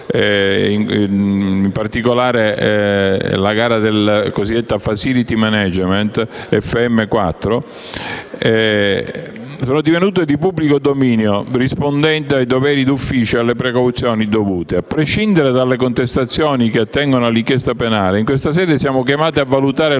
(in particolare la gara del cosiddetto *facility management*, FM4) sono divenute di pubblico dominio, rispondente ai doveri d'ufficio e alle precauzioni dovute. A prescindere dalle contestazioni che attengono all'inchiesta penale, in questa sede siamo chiamati a valutare